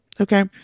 okay